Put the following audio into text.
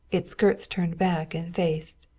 its skirts turned back and faced.